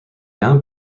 now